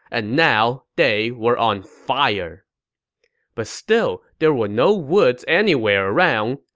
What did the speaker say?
and now they were on fire but still, there were no woods anywhere around,